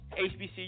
HBCU